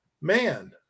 man